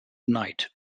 knight